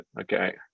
Okay